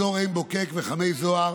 אזור עין בוקק וחמי זוהר